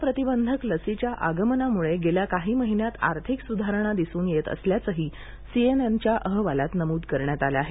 कोरोनाप्रतिबंधक लसीच्या आगमनामुळे गेल्या काही महिन्यात आर्थिक सुधारणा दिसून येत असल्याचंही सीएनएन च्या अहवालात नमूद करण्यात आलं आहे